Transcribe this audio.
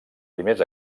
primers